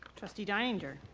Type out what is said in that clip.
trustee deininger.